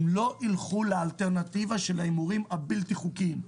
הם לא ילכו לאלטרנטיבה של ההימורים הבלתי חוקיים.